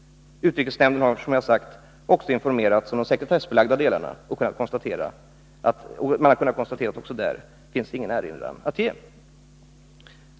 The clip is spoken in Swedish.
Utrikesnämnden har, som jag sagt, också informerats om de sekretessbelagda delarna, och man har också där kunnat konstatera att det inte finns någon erinran att göra.